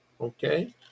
okay